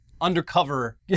undercover